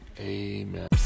Amen